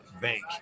Bank